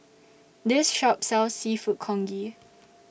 This Shop sells Seafood Congee